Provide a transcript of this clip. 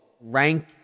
rank